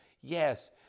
Yes